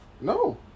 No